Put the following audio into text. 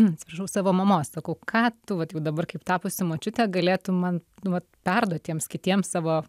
atsiprašau savo mamos sakau ką tu vat jau dabar kaip tapusi močiute galėtum man nu vat perduot tiems kitiems savo